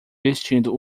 vestindo